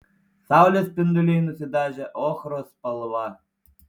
saulės spinduliai nusidažė ochros spalva